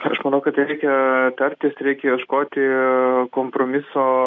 aš manau kad reikia tartis reikia ieškoti kompromiso